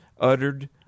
uttered